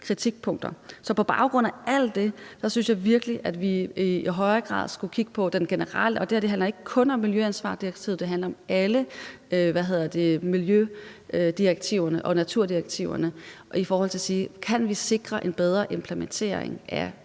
kritikpunkter. På baggrund af alt det synes jeg virkelig, vi i højere grad skulle kigge på det generelle, og det her handler ikke kun om miljøansvarsdirektivet; det handler om alle miljødirektiver og naturdirektiver i forhold til at se på, om vi kan sikre en bedre implementering af